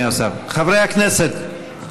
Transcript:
חברי הכנסת,